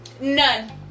None